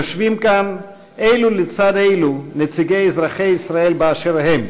יושבים כאן אלו לצד אלו נציגי אזרחי ישראל באשר הם: